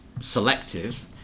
selective